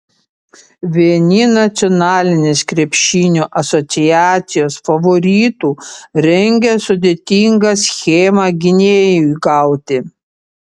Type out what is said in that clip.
vieni nacionalinės krepšinio asociacijos favoritų rengia sudėtingą schemą gynėjui gauti